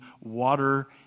water